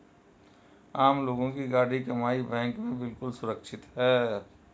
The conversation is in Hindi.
आम लोगों की गाढ़ी कमाई बैंक में बिल्कुल सुरक्षित है